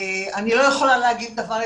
אני לא יכולה להגיב על כל דבר.